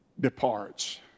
departs